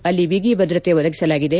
ಅಲ್ಲಿ ಬಿಗಿ ಭದ್ರತೆ ಒದಗಿಸಲಾಗಿದೆ